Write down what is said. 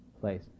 place